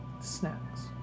snacks